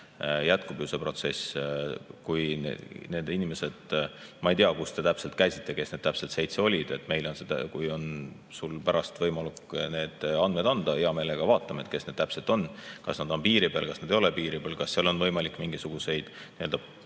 jätkub ju see protsess. Aga need inimesed, ma ei tea, kus te täpselt käisite ja kes need seitse olid, kui on pärast võimalik need andmed anda, hea meelega vaatame, kes need täpselt on. Kas nad on piiri peal, kas nad ei ole piiri peal, kas seal on võimalik mingisuguseid nii-öelda